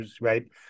right